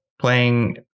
playing